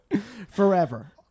Forever